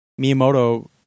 Miyamoto